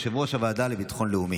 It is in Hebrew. יושב-ראש הוועדה לביטחון לאומי.